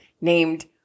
named